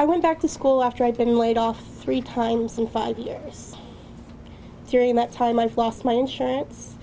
i went back to school after i'd been laid off three times in five years during that time i floss my insurance